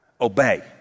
Obey